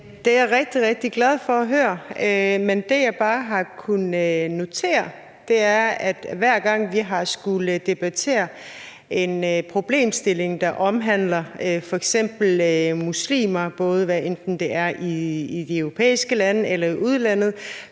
Det er jeg rigtig, rigtig glad for at høre. Men det, som jeg bare har kunnet notere, er, at hver gang vi har skullet debattere en problemstilling, der f.eks. omhandler muslimer, hvad enten det er i europæiske lande eller andre